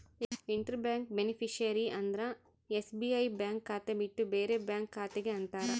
inter bank beneficiary ಅಂದ್ರ SBI bank ಖಾತೆ ಬಿಟ್ಟು ಬೇರೆ ಬ್ಯಾಂಕ್ ಖಾತೆ ಗೆ ಅಂತಾರ